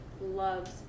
loves